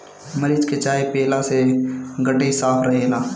मरीच के चाय पियला से गटई साफ़ रहेला